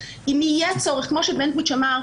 כמו שבנטואיץ אמר,